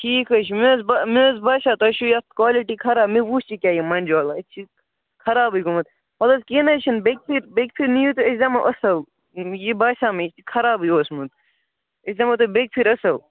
ٹھیٖک حظ چھُ مےٚ حظ مےٚ حظ باسیٛاو تۄہہِ چھُو یَتھ کالِٹی خراب مےٚ وُچھ یہِ کیٛاہ یہِ منٛجولا أتھ چھِ خرابٕے گوٚمُت ولہٕ حظ کیٚنٛہہ نہَ حظ چھُنہٕ بیٚیہِ پھِر بیٚیہِ پھِرِ نِیِو تہٕ أسۍ دِمو اَصٕل یہِ باسیٛاو مےٚ یہِ چھُ خرابٕے اوسمُت أسۍ دِمو تۄہہِ بیٚیہِ پھِرِ اَصٕل